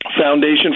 Foundation